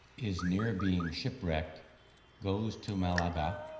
is near being shipwrecked goes to malaga